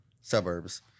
Suburbs